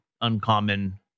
uncommon